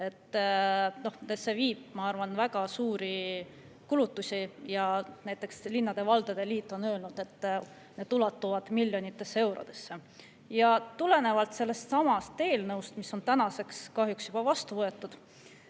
[välja], ma arvan, väga suuri [summasid]. Linnade-valdade liit on öelnud, et need ulatuvad miljonitesse eurodesse. Tulenevalt sellestsamast eelnõust, mis on tänaseks kahjuks juba vastu võetud,